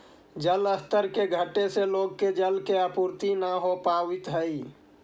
जलस्तर के घटे से लोग के जल के आपूर्ति न हो पावित हई